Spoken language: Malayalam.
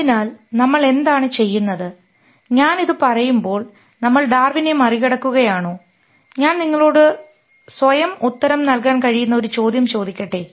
അതിനാൽ നമ്മൾ എന്താണ് ചെയ്യുന്നത് ഞാൻ ഇത് പറയുമ്പോൾ നമ്മൾ ഡാർവിനെ മറികടക്കുക ആണോ ഞാൻ നിങ്ങളോട് നിങ്ങൾക്ക് സ്വയം ഉത്തരം നൽകാൻ കഴിയുന്ന ഒരു ചോദ്യം ചോദിക്കട്ടെ